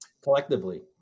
collectively